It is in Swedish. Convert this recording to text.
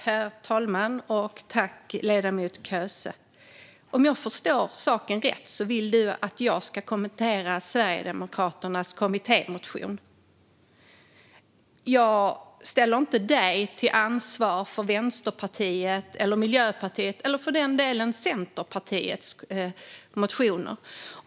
Herr talman! Tack, ledamoten Köse! Om jag förstår saken rätt vill ledamoten att jag ska kommentera Sverigedemokraternas kommittémotion. Men jag ställer inte ledamoten till ansvar för Vänsterpartiets, Miljöpartiets eller för den delen Centerpartiets motioner.